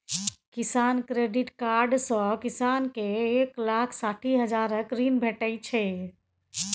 किसान credit card सँ किसान केँ एक लाख साठि हजारक ऋण भेटै छै